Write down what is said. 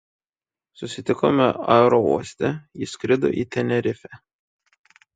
susitikome aerouoste ji skrido į tenerifę